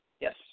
Yes